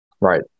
Right